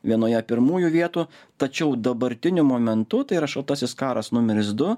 vienoje pirmųjų vietų tačiau dabartiniu momentu tai yra šaltasis karas numeris du